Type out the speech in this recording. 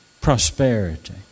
prosperity